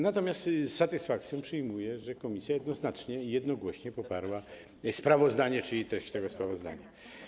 Natomiast z satysfakcją przyjmuję, że komisja jednoznacznie i jednogłośnie poparła sprawozdanie czy treść tego sprawozdania.